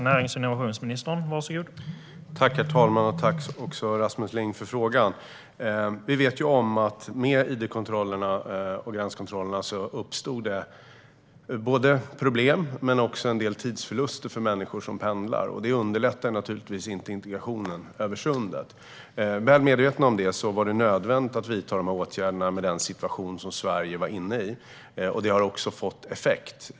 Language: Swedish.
Herr talman! Tack, Rasmus Ling, för frågan! Vi vet ju om att med idkontrollerna och gränskontrollerna uppstod det både problem och en del tidsförluster för människor som pendlar. Det underlättar naturligtvis inte integrationen över Sundet. Även om vi var medvetna om det var det dock nödvändigt att dessa åtgärder med den situation som Sverige var inne i. Det har också fått effekt.